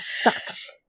sucks